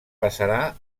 passarà